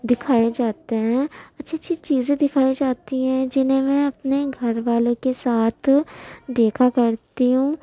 دکھائے جاتے ہیں اچھی اچھی چیزیں دکھائی جاتی ہیں جنہیں میں اپنے گھر والوں کے ساتھ دیکھا کرتی ہوں